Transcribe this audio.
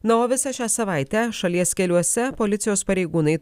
na o visą šią savaitę šalies keliuose policijos pareigūnai